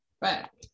Back